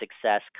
success